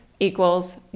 equals